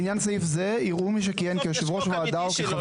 לעניין סעיף זה יראו מי שכיהן כיושב-ראש ועדה או כחבר